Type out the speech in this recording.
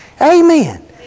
Amen